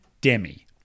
Demi